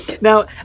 Now